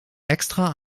extra